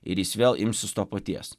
ir jis vėl imsis to paties